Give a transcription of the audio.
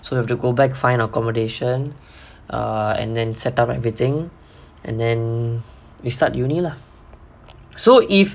so you have to go back find accommodation err and then set up everything and then you start university lah so if